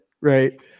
right